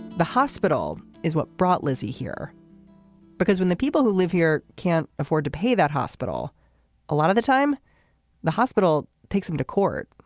the hospital is what brought lizzie here because when the people who live here can't afford to pay that hospital a lot of the time the hospital takes them to court.